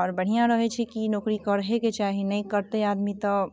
आओर बढ़िऑं रहै छै कि नौकरी करहे के चाही नहि करतै आदमी तऽ